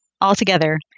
altogether